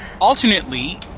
Alternately